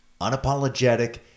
unapologetic